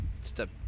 step